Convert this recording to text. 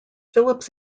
phillips